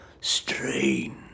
strange